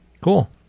Cool